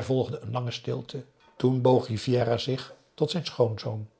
volgde een lange stilte toen boog rivière zich tot zijn schoonzoon